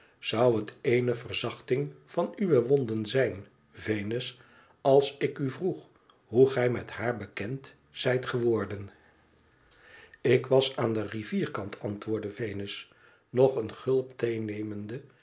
zou het eene verzachting van uwe wonden zijn venus als ik u vroeg hoe gij met haar bekend zijt geworden ik was aan den rivierkant antwoordde venus nog een gulp